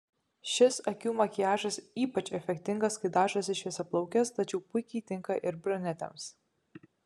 šis akių makiažas ypač efektingas kai dažosi šviesiaplaukės tačiau puikiai tinka ir brunetėms